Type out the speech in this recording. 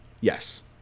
yes